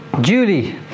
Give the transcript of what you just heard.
Julie